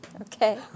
Okay